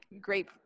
great